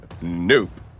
Nope